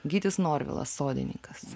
gytis norvilas sodininkas